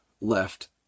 left